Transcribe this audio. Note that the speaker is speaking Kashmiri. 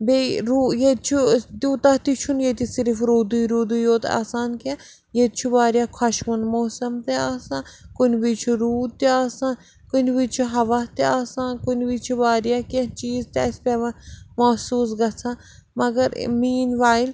بیٚیہِ روٗ ییٚتہِ چھُ تیوٗتاہ تہِ چھُنہٕ ییٚتہِ صِرف روٗدٕے روٗدٕے یوت آسان کیٚنٛہہ ییٚتہِ چھُ واریاہ خۄشوُن موسم تہِ آسان کُنہِ وِزِ چھُ روٗد تہِ آسان کُنہِ وِزِ چھُ ہوا تہِ آسان کُنہِ وِزِ چھُ وارِیاہ کیٚنٛہہ چیٖز تہِ اَسہِ پٮ۪وان محسوٗس گژھان مگر میٖن وایل